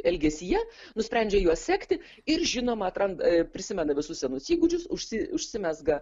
elgesyje nusprendžia juos sekti ir žinoma atranda prisimena visus senus įgūdžius užsi užsimezga